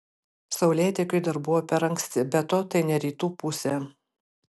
saulėtekiui dar buvo per anksti be to tai ne rytų pusė